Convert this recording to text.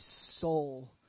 soul